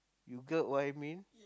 you get what I mean